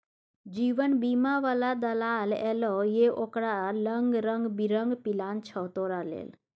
जीवन बीमा बला दलाल एलौ ये ओकरा लंग रंग बिरंग पिलान छौ तोरा लेल